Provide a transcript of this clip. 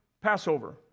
Passover